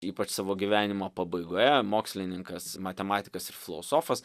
ypač savo gyvenimo pabaigoje mokslininkas matematikas ir filosofas